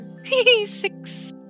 Six